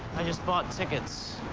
i just bought tickets.